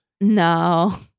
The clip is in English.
No